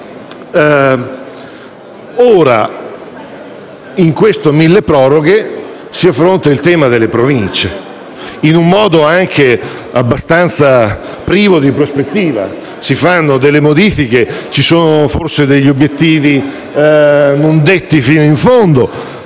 Nel decreto milleproroghe in esame si affronta il tema delle Province, in un modo anche abbastanza privo di prospettiva: si fanno delle modifiche, sono contenuti forse degli obiettivi non detti fino in fondo,